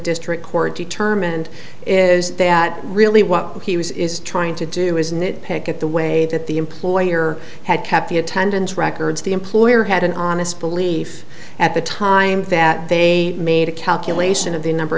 district court determined is that really what he was is trying to do is nit pick at the way that the employer had kept the attendance records the employer had an honest alif at the time that they made a calculation of the number